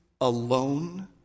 alone